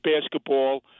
basketball